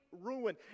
ruin